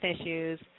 issues